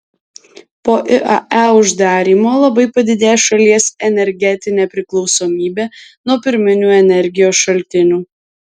po iae uždarymo labai padidės šalies energetinė priklausomybė nuo pirminių energijos šaltinių